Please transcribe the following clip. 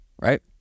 right